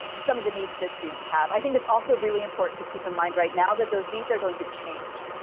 some of the needs that students have. i think it's also really important to keep in mind right now that those needs are going to change,